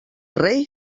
rei